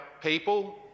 people